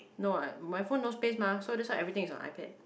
no I my phone no space mah so that's why everything is on iPad